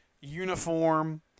uniform